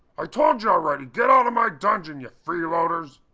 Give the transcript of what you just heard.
i told you already, get out of my dungeon, ya freeloaders.